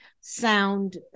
sound